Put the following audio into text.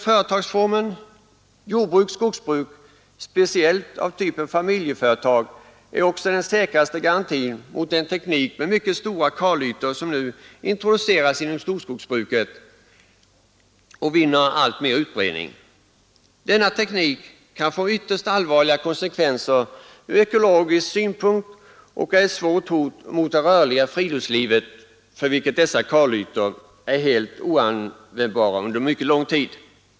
Företagsformen jordbruk-skogsbruk, speciellt av typen familjeföretag, är också den säkraste garantin mot att den teknik med mycket stora kalytor som nu introducerats inom storskogsbruket vinner allmän utbredning. Denna teknik kan få ytterst allvarliga konsekvenser ur ekologisk synpunkt och är ett svårt hot mot det rörliga friluftslivet för vilket dessa kalytor är helt oanvändbara under mycket lång tid.